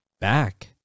back